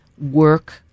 work